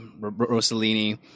Rossellini